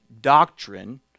doctrine